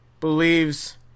believes